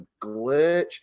glitch